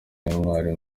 nk’intwari